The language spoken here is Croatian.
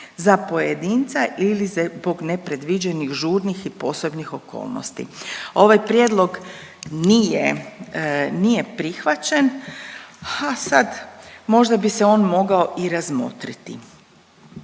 za pojedinca ili zbog nepredviđenih žurnih i posebnih okolnosti. Ovaj prijedlog nije, nije prihvaćen. A sad, možda bi se on mogao i razmotriti.